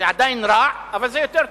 זה עדיין רע, אבל זה יותר טוב.